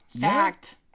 Fact